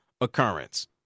occurrence